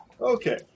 Okay